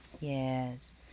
Yes